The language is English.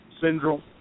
syndrome